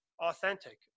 authentic